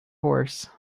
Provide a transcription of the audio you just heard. horse